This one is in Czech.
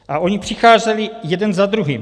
A ony přicházely jeden za druhým.